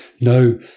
No